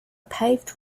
paved